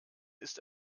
ist